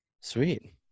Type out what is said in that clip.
Sweet